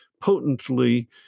potently